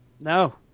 No